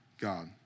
God